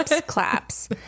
claps